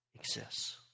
exists